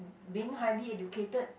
being highly educated